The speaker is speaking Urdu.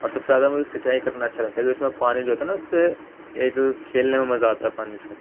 اور سب سے زیادہ مجھے سنچائی کرنا اچھا لگتا ہے جس میں پانی جو ہوتا ہے نا اس سے ایک کھیلنے میں مزہ آتا ہے پانی سے